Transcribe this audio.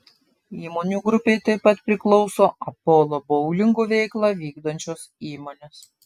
įmonių grupei taip pat priklauso apolo boulingų veiklą vykdančios įmonės